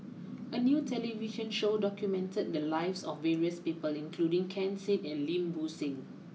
a new television show documented the lives of various people including Ken Seet and Lim Bo Seng